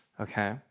Okay